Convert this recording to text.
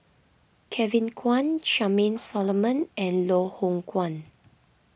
Kevin Kwan Charmaine Solomon and Loh Hoong Kwan